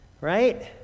right